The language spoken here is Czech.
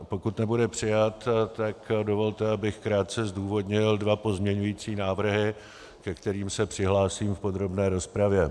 Pokud nebude přijat, tak dovolte, abych krátce zdůvodnil dva pozměňující návrhy, ke kterým se přihlásím v podrobné rozpravě.